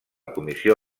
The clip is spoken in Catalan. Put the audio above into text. comissió